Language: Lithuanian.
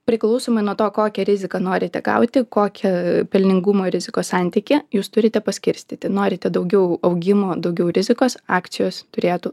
priklausomai nuo to kokią riziką norite gauti kokį pelningumo rizikos santykį jūs turite paskirstyti norite daugiau augimo daugiau rizikos akcijos turėtų